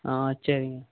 ஆ சரிங்க